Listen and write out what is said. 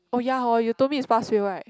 oh ya hor you told me it's pass fail right